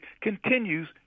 continues